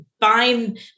find